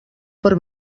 per